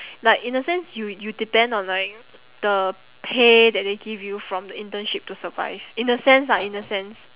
like in a sense you you depend on like the pay that they give you from the internship to survive in a sense lah in a sense